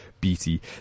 Beatty